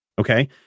Okay